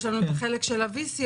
יש לנו את החלק של ה-VC,